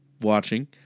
watching